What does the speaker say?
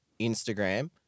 Instagram